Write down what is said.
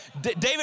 David